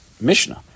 Mishnah